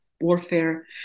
warfare